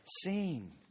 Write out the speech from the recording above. seen